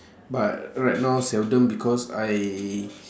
but right now seldom because I